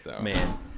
Man